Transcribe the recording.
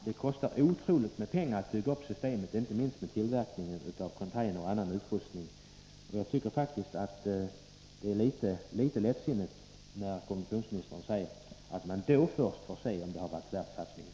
Det kostar otroligt mycket pengar att bygga upp systemet, inte minst när det gäller tillverkningen av containrar och annan utrustning. Jag tycker att det är litet lättsinnigt när kommunikationsministern säger att man först vid den tidpunkten får se om det har varit värt satsningen.